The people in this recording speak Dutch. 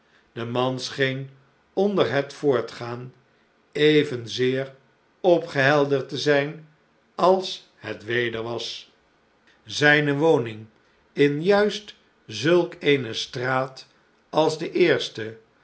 de man scheen onder het voortgaan evenzeer opgehelderd te zijn als het weder was zijne woning in juist zulk eene straat als de eerste